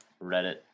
Reddit